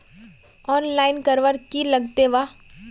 Online करवार की लगते वा?